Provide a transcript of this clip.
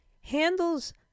handles